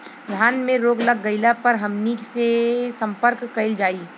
धान में रोग लग गईला पर हमनी के से संपर्क कईल जाई?